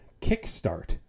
kickstart